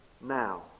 now